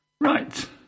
right